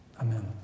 Amen